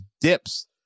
dips